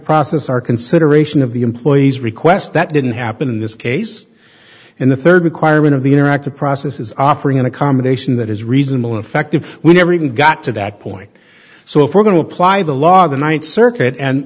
process our consideration of the employee's request that didn't happen in this case and the third requirement of the interactive process is offering an accommodation that is reasonable effective we never even got to that point so if we're going to apply the law the ninth circuit and